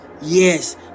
Yes